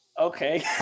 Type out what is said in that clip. Okay